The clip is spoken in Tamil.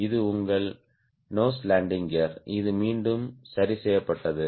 இது உங்கள் நோஸ் லேண்டிங் கியர் இது மீண்டும் சரி செய்யப்பட்டது